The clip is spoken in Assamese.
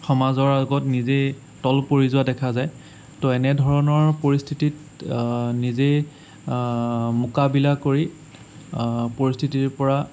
সমাজৰ আগত নিজেই তল পৰি যোৱা দেখা যায় ত' এনেধৰণৰ পৰিস্থিতিত নিজেই মোকাবিলা কৰি পৰিস্থিতিৰ পৰা